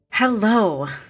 Hello